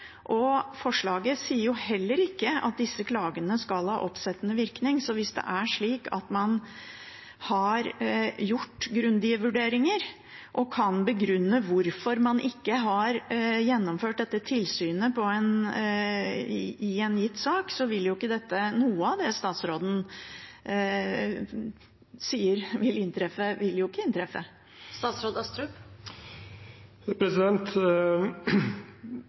Forslaget sier heller ikke at disse klagene skal ha oppsettende virkning. Så hvis det er slik at man har gjort grundige vurderinger og kan begrunne hvorfor man ikke har gjennomført dette tilsynet i en gitt sak, vil ikke noe av det statsråden sier, inntreffe.